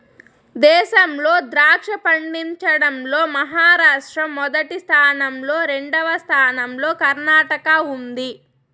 దేశంలో ద్రాక్ష పండించడం లో మహారాష్ట్ర మొదటి స్థానం లో, రెండవ స్థానం లో కర్ణాటక ఉంది